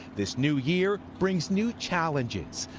this new year brings new challenges.